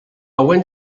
went